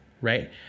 right